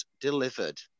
delivered